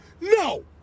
no